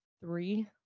three